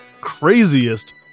craziest